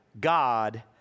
God